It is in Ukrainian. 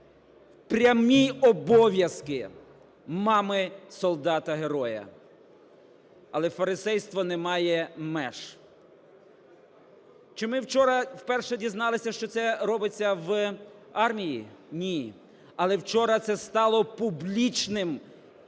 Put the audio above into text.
прямі обов'язки, мами солдата-героя. Але фарисейству немає меж. Чи ми вчора вперше дізналися, що це робиться в армії? Ні. Але вчора це стало публічним і цинічним